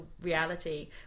reality